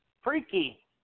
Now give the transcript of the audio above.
freaky